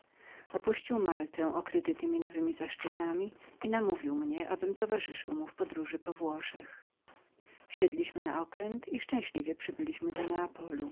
opuścił maltę okryty nowemi zaszczytami i namówił mnie abym towarzyszył mu w podróży po włoszech wsiedliśmy na okręt i szczęśliwie przybyliśmy do neapolu